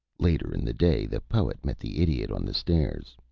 later in the day the poet met the idiot on the stairs.